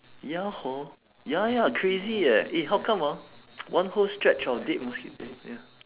ya hor ya ya crazy eh eh how come ah one whole stretch of dead mosquito here